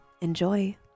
Enjoy